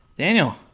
Daniel